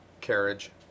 carriage